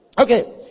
Okay